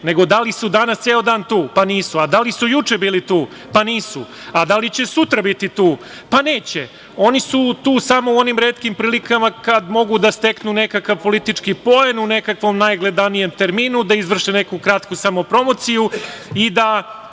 Nego, da li su danas ceo dan tu? Pa, nisu, a da li su juče bili tu? Pa, nisu, a da li će sutra biti tu? Pa, neće, oni su tu samo u onim retkim prilikama kad mogu da steknu nekakav politički poen u nekakvom najgledanijem terminu, da izvrše neku kratku samopromociju i da